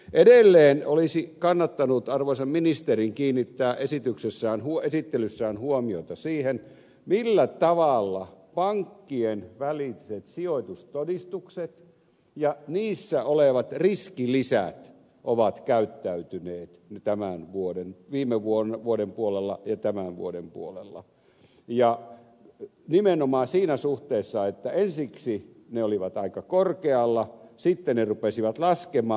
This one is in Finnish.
edelleen olisi kannattanut arvoisan ministerin kiinnittää esittelyssään huomiota siihen millä tavalla pankkien väliset sijoitustodistukset ja niissä olevat riskilisät ovat käyttäytyneet viime vuoden puolella ja tämän vuoden puolella nimenomaan siinä suhteessa että ensiksi ne olivat aika korkealla sitten ne rupesivat laskemaan